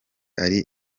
ari